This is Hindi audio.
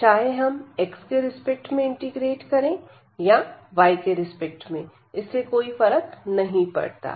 चाहे हम x के रिस्पेक्ट में इंटीग्रेट या y के रिस्पेक्ट में इससे कोई फर्क नहीं पड़ता